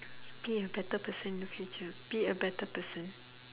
be a better person in the future be a better person